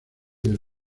del